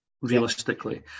realistically